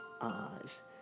Oz